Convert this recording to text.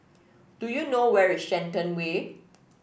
do you know where is Shenton Way